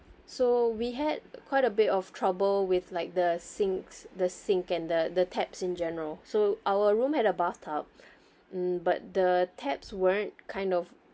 so we had quite a bit of trouble with like the sinks the sink and the the taps in general so our room had a bathtub mm but the taps weren't kind of